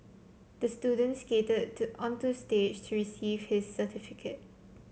the student skated to onto the stage to receive his certificate